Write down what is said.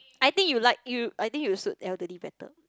I think you like you I think you suit elderly better